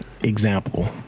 Example